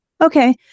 Okay